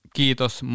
kiitos